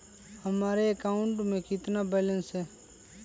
हमारे अकाउंट में कितना बैलेंस है?